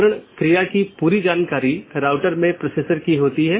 वोह इसको यह ड्रॉप या ब्लॉक कर सकता है एक पारगमन AS भी होता है